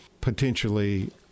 potentially